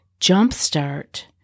jumpstart